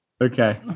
okay